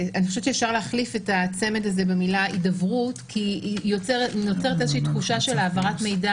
אפשר להחליף את הצמד הזה במילה "הידברות" כי נוצרת תחושה של העברת מידע